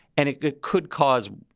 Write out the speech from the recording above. and it it could cause,